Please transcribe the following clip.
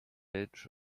edge